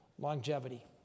longevity